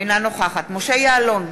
אינה נוכחת משה יעלון,